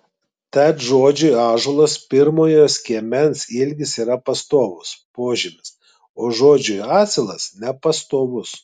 tad žodžiui ąžuolas pirmojo skiemens ilgis yra pastovus požymis o žodžiui asilas nepastovus